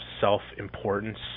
self-importance